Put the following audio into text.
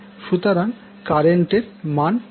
সুতরাং কারেন্ট এর মান কত